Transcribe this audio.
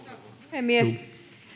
puhemies